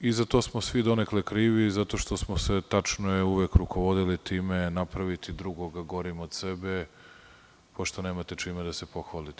i za to smo svi donekle krivi zato što smo se, tačno je, uvek rukovodili time – napraviti drugog gorim od sebe, pošto nemate čime da se pohvalite.